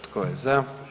Tko je za?